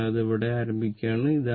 അതിനാൽ ഇവിടെ അത് ആരംഭിക്കുകയാണ്